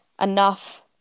enough